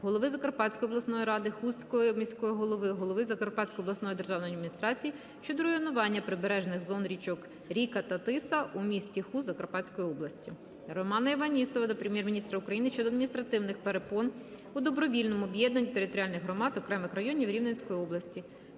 голови Закарпатської обласної ради, Хустського міського голови, голови Закарпатської обласної державної адміністрації щодо руйнування прибережних зон річок Ріка та Тиса у місті Хуст Закарпатської області. Романа Іванісова до Прем'єр-міністра України щодо адміністративних перепон у добровільному об'єднанні територіальних громад окремих районів Рівненської області.